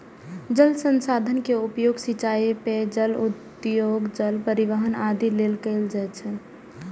जल संसाधन के उपयोग सिंचाइ, पेयजल, उद्योग, जल परिवहन आदि लेल कैल जाइ छै